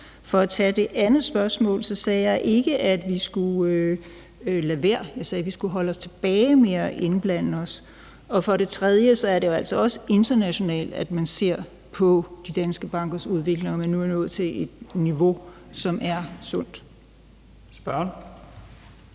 For at tage det andet spørgsmål sagde jeg ikke, at vi skulle lade være. Jeg sagde, at vi skulle holde os tilbage med at blande os. For det tredje er det jo også internationalt, at man ser på de danske bankers udvikling, og at man nu er nået til et niveau, som er sundt. Kl.